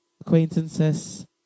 acquaintances